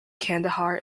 kandahar